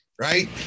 Right